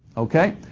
okay?